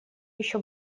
еще